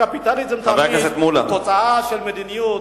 הקפיטליזם הוא תמיד תוצאה של מדיניות.